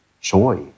joy